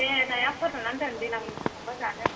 दे नाया फोराननानै दोन देनां थांबा जानो